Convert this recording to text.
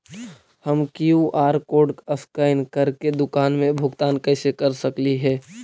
हम QR code scan करके दुकान में भुगतान कैसे कर सकली हे?